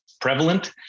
prevalent